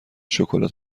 شکلات